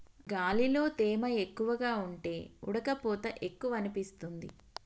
గాలిలో తేమ ఎక్కువగా ఉంటే ఉడుకపోత ఎక్కువనిపిస్తుంది